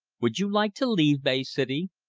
would you like to leave bay city?